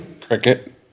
Cricket